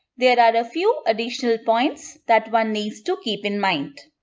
there are a few additional points that one needs to keep in mind.